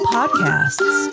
Podcasts